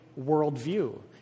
worldview